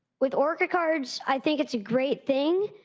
with orca cards, i think it's a great thing.